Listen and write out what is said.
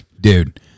Dude